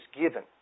given